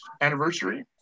anniversary